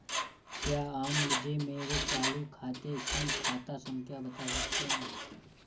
क्या आप मुझे मेरे चालू खाते की खाता संख्या बता सकते हैं?